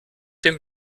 dem